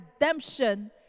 redemption